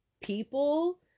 people